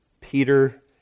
Peter